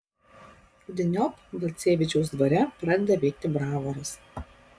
rudeniop balcevičiaus dvare pradeda veikti bravoras